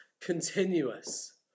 continuous